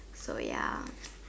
so ya